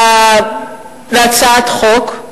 להצעת חוק,